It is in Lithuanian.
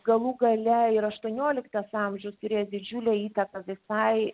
galų gale ir aštuonioliktas amžius turėjęs didžiulę įtaką visai